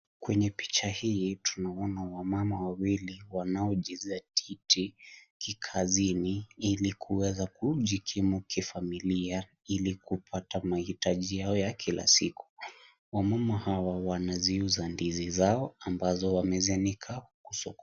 Kwenye picha hii, tunaona wamama wawili wanaojisatiti ili kuweza kujikimu kifamilia ili kupata mahitaji yao ya kila siku. Wamama hawa wanaziuza ndizi zao ambazo wamezianika kwa soko.